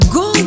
go